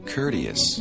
Courteous